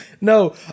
no